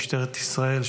משטרת ישראל,